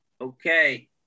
Okay